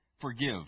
forgive